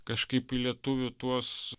kažkaip į lietuvių tuos